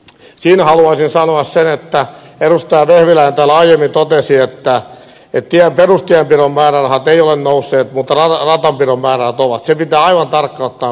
siinä haluaisin sanoa sen että edustaja vehviläinen täällä aiemmin totesi että perustienpidon määrärahat eivät ole nousseet mutta ratapidon määrärahat ovat